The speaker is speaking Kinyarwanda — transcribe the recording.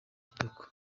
kitoko